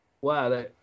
Wow